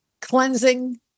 cleansing